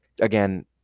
again